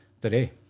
Today